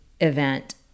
event